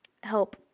help